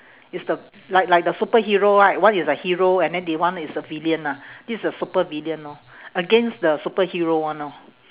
it's the like like the superhero right one is a hero and then the one is a villain lah this is a supervillain lor against the superhero one lor